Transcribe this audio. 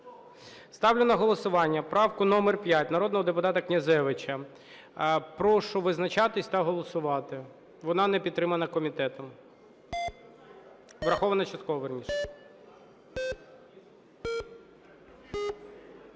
Ставлю на голосування правку номер 5 народного депутата Князевича. Прошу визначатись та голосувати. Вона не підтримана комітетом. Врахована частково,